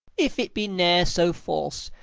if it be ne'er so false,